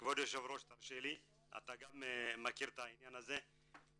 אתה גם מכיר את העניין כבוד היושב ראש, זה